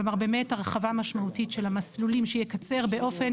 כלומר באמת הרחבה משמעותית של המסלולים שיקצר באופן